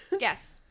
Yes